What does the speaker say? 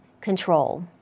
control